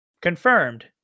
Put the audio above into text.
confirmed